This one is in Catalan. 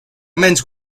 menys